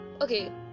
okay